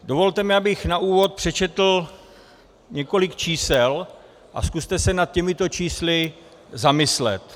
Dovolte mi, abych na úvod přečetl několik čísel, a zkuste se nad těmito čísly zamyslet.